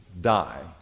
die